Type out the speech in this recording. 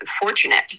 fortunate